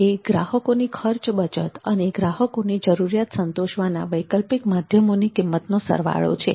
એ ગ્રાહકોની ખર્ચ બચત અને ગ્રાહકોની જરૂરિયાત સંતોષવાના વૈકલ્પિક માધ્યમોની કિંમતનો સરવાળો છે